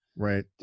Right